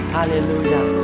Hallelujah